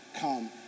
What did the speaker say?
come